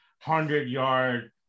hundred-yard